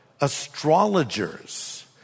astrologers